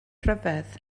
rhyfedd